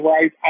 right